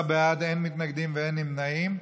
12 בעד, אין מתנגדים ואין נמנעים.